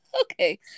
okay